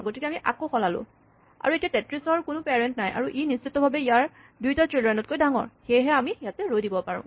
গতিকে আমি আকৌ সলালো আৰু এতিয়া ৩৩ ৰ কোনো পেৰেন্ট নাই আৰু ই নিশ্চিত ভাৱে ইয়াৰ দুয়োটা চিল্ড্ৰেন তকৈ ডাঙৰ সেয়েহে আমি ইয়াতে ৰৈ দিব পাৰোঁ